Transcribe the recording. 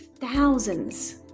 thousands